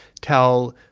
tell